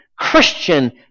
Christian